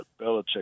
Belichick